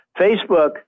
Facebook